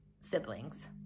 siblings